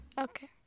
Okay